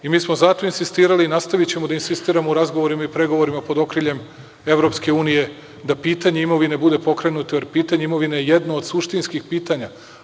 I mi smo zato insistirali i nastavićemo da insistiramo u razgovorima i pregovorima pod okriljem Evropske unije da pitanje imovine bude pokrenuto, jer pitanje imovine je jedno od suštinskih pitanja.